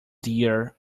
dear